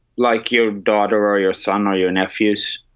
like your daughter or your son or your nephews?